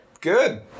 Good